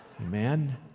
Amen